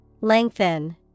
Lengthen